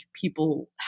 people